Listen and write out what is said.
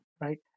Right